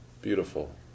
beautiful